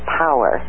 power